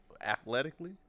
athletically